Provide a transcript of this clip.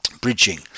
Bridging